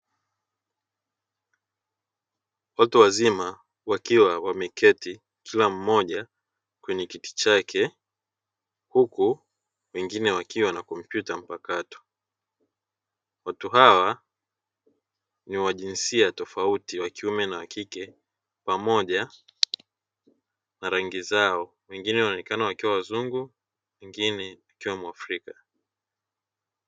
Watu wazima wakiwa wameketi kila mmoja kwenye kiti chake huku wengine wakiwa na kompyuta mpakato. Watu hawa ni wa jinsia tofauti wakiume na wa kike pamoja na rangi zao, wengine wanaonekana wakiwa wazungu wengine wakiwa wa Africa.